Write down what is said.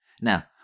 Now